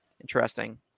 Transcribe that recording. interesting